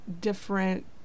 different